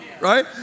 Right